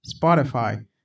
Spotify